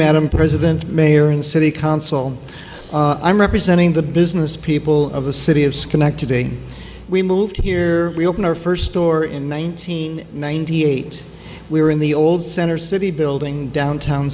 madam president mayor and city council i'm representing the business people of the city of schenectady we moved here we opened our first store in nineteen ninety eight we were in the old center city building downtown